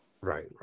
Right